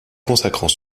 consacrant